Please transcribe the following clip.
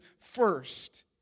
first